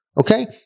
Okay